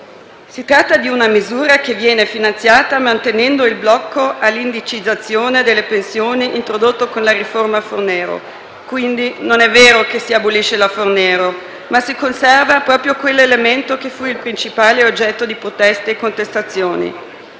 Si tratta di una misura che viene finanziata mantenendo il blocco all'indicizzazione delle pensioni introdotto con la riforma Fornero, quindi non è vero che si abolisce la Fornero, ma si conserva proprio quell'elemento che fu il principale oggetto di proteste e contestazioni.